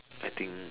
I think